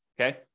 okay